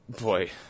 boy